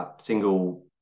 single